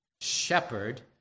Shepherd